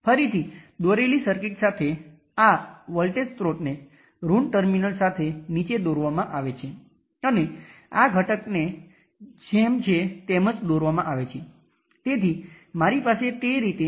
5 millisiemens × 10 volt છે એટલે કે તે દિશામાં માઇનસ 5 મિલિએમ્પ અથવા 5 મિલિએમ્પ ઉપરની તરફ વહે છે